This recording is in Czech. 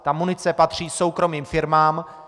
Ta munice patří soukromým firmám.